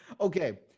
Okay